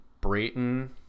Brayton